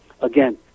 Again